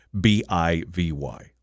B-I-V-Y